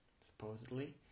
supposedly